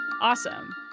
awesome